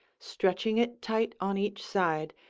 stretching it tight on each side,